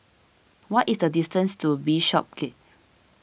what is the distance to Bishopsgate